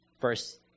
First